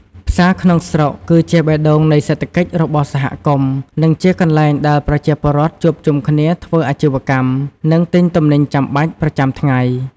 ផ្សារក្នុងស្រុក គឺជាបេះដូងនៃសេដ្ឋកិច្ចរបស់សហគមន៍ និងជាកន្លែងដែលប្រជាពលរដ្ឋជួបជុំគ្នាធ្វើអាជីវកម្ម និងទិញទំនិញចាំបាច់ប្រចាំថ្ងៃ។